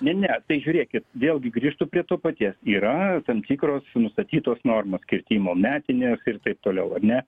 ne ne tai žiūrėkit vėlgi grįžtu prie to paties yra tam tikros nustatytos normos kirtimo metinės ir taip toliau ar ne